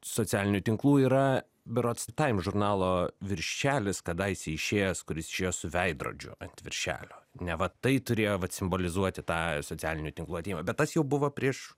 socialinių tinklų yra berods taims žurnalo viršelis kadaise išėjęs kuris išėjo su veidrodžiu ant viršelio neva tai turėjo vat simbolizuoti tą socialinių tinklų atėjimą bet tas jau buvo prieš